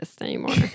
anymore